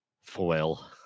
foil